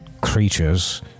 creatures